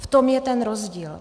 V tom je ten rozdíl.